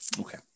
Okay